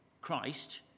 christ